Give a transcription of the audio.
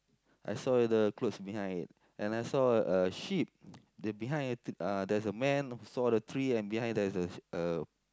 I saw the clothes behind it and I saw a sheep the behind uh there's a man who saw the tree and behind there's a a